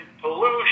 pollution